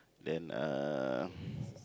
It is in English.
then uh